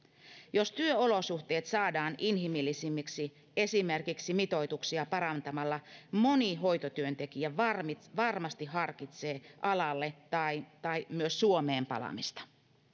jos työolosuhteet saadaan inhimillisemmiksi esimerkiksi mitoituksia parantamalla moni hoitotyöntekijä varmasti varmasti harkitsee alalle tai tai myös suomeen palaamista